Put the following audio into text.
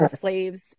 slaves